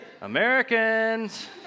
Americans